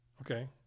Okay